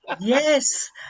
Yes